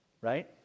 right